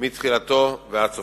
מתחילתו ועד סופו.